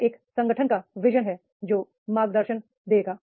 यह उस संगठन का विजन है जो मार्गदर्शन करेगा